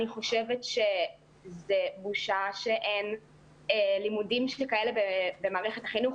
אני חושבת שזה בושה שאין לימודים שכאלה במערכת החינוך.